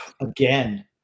Again